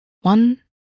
One